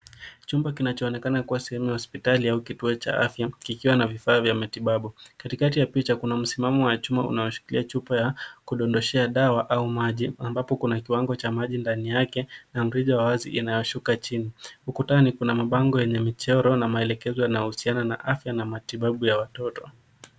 Chumba kinachoonekana kuwa sehemu ya hospitali au kituo cha afya kikiwa na vifaa vya matibabu. Katikati ya picha kuna msimamo wa chuma unaoshikilia chupa ya kudondoshea dawa au maji ambapo kuna kiwango cha maji ndani yake na mrija wa wai inayoshuka chini. Ukutani kuna mabango yenye michoro na maelekezo yanayohusiana na afya na matibabu ya watoto.